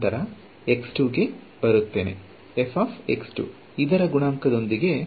ನಂತರ ನಾನು ಗೆ ಬರುತ್ತೇನೆ ಇದರ ಗುಣಾಂಕದೊಂದಿಗೆ